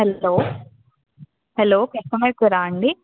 hello hello customer care అండి